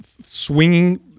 swinging